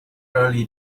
early